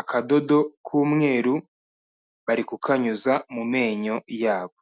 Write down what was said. akadodo k'umweru bari kukanyuza mu menyo yabo.